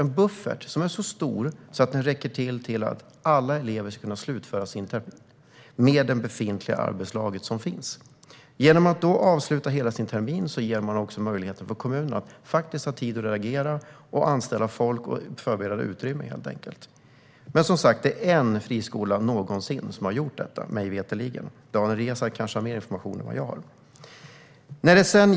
Denna buffert ska vara så stor att den räcker till att alla elever ska kunna slutföra sin termin med det befintliga arbetslaget. Genom att eleverna kan avsluta sin termin ger man också kommunerna tid att reagera, anställa folk och förbereda utrymme, helt enkelt. Men, som sagt, det är en friskola som mig veterligen någonsin har lagts ned. Daniel Riazat kanske har mer information än vad jag har. Fru talman!